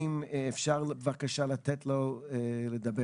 אפשר בבקשה לתת לו לדבר?